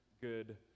good